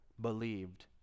believed